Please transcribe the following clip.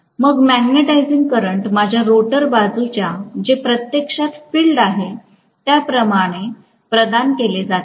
आणि magnetising current माझ्या rotor बाजूच्या जे प्रत्यक्षात फील्ड आहे त्याद्वारे प्रदान केले जाते